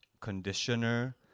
conditioner